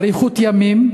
אריכות ימים,